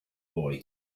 boy